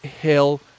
Hill